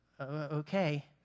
Okay